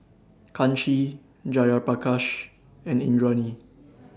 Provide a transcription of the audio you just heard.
Kanshi Jayaprakash and Indranee